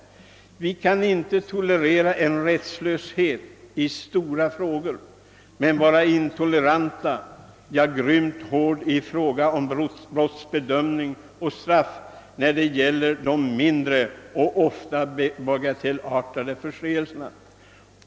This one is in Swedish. Vi kan tolerera en rättslöshet i stora frågor men vara intoleranta, ja grymt hårda i fråga om brottsbedömning och straff när det gäller de mindre och ofta bagatellartade förseelserna.